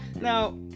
Now